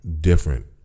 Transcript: different